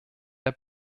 der